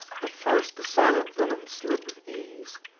at first the silent venom slid with ease,